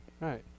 right